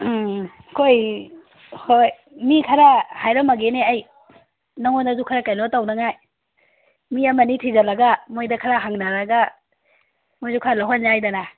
ꯎꯝ ꯑꯩꯈꯣꯏ ꯍꯣꯏ ꯃꯤ ꯈꯔ ꯍꯥꯏꯔꯝꯃꯒꯦꯅꯦ ꯑꯩ ꯅꯉꯣꯟꯗꯁꯨ ꯈꯔ ꯀꯩꯅꯣ ꯇꯧꯅꯉꯥꯏ ꯃꯤ ꯑꯃꯅꯤ ꯊꯤꯖꯜꯂꯒ ꯃꯈꯣꯏꯗ ꯈꯔ ꯍꯪꯅꯔꯒ ꯃꯈꯣꯏꯁꯨ ꯈꯔ ꯂꯧꯍꯟꯕ ꯌꯥꯏꯗꯅ